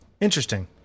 Interesting